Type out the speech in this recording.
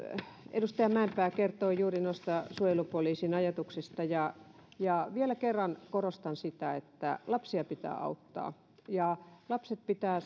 edustaja mäenpää kertoi juuri noista suojelupoliisin ajatuksista ja ja vielä kerran korostan sitä että lapsia pitää auttaa lapset pitää